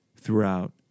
throughout